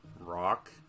rock